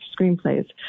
screenplays